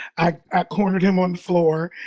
i cornered him on the floor.